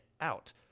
out